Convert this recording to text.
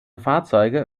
fahrzeuge